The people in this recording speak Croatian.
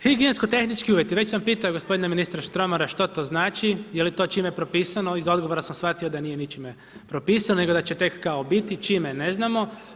Higijensko tehnički uvjeti, već sam pitao ministra Štromara što to znači, je li to čime propisano, iz odgovora sam shvatio da nije ničime propisano nego da će tek kao biti, čime ne znamo.